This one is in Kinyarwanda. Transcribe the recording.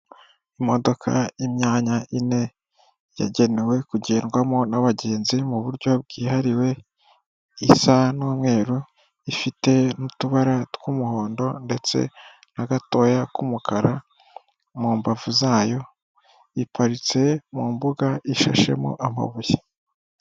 Imodoka y' imyanya ine yagenewe kugerwamo n'abagenzi mu buryo bwihawe, isa n'umweru ifite n'utubara tw'umuhondo, ndetse n'agatoya k'umukara mu mbavu zayo, iparitse mu mbuga ishashemo amabuye.